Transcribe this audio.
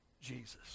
Jesus